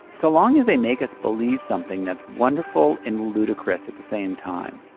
so long as they make us believe something that's wonderful and ludicrous at the same time